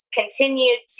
continued